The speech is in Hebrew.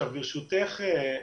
ברשותך,